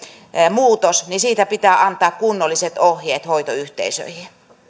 muutos tulee niin siitä pitää antaa kunnolliset ohjeet hoitoyhteisöihin